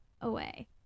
Away